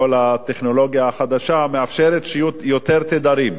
כל הטכנולוגיה החדשה מאפשרת שיהיו יותר תדרים.